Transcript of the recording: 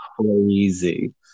crazy